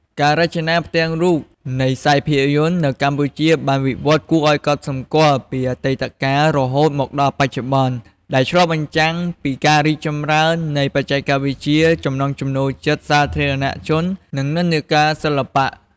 ការរចនាផ្ទាំងរូបនៃខ្សែរភាពយន្តនៅកម្ពុជាបានវិវត្តន៍គួរឱ្យកត់សម្គាល់ពីអតីតកាលរហូតមកដល់បច្ចុប្បន្ន ដែលឆ្លុះបញ្ចាំងពីការរីកចម្រើននៃបច្ចេកវិទ្យា ចំណង់ចំណូលចិត្តសាធារណៈជន និងនិន្នាការសិល្បៈ ។